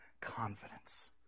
confidence